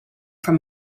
from